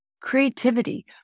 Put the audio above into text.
creativity